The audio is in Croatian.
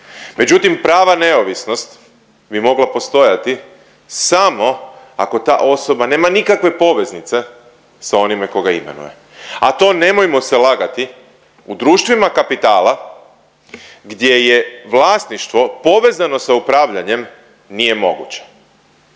Međutim, prava neovisnost bi mogla postojati samo ako ta osoba nema nikakve poveznice sa onime tko ga imenuje, a to, nemojmo se lagati, u društvima kapitala gdje je vlasništvo povezano sa upravljanjem nije moguće.